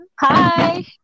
Hi